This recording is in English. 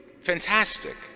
fantastic